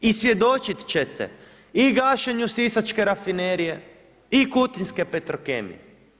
I svjedočit ćete i gašenju sisačke rafinerije i kutinske Petrokemije.